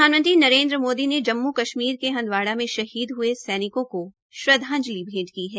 प्रधानमंत्री नरेन्द्र मोदी ने जम्मू कश्मीर के हंदवाड़ा में शहीद हये सैनिकों को श्रदवांजलि भैंट की है